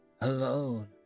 alone